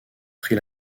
prit